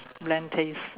bland taste